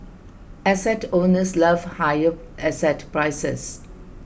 asset owners love higher asset prices